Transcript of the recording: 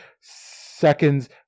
seconds